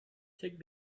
take